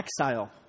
exile